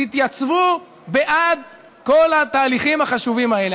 תתייצבו בעד כל התהליכים החשובים האלה.